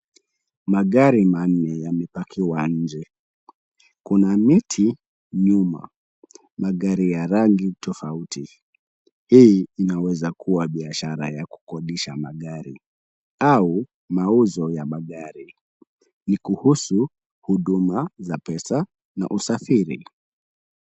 Magari maanne yamepackiwa nje. Kuna miti nyuma. Magari ya rangi tofauti. Hii inaweza kuwa biashara ya kukodisha magari au mauzo ya magari. Ni kuhusu huduma za pesa na usafiri.